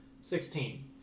Sixteen